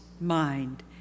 mind